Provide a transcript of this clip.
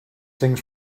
things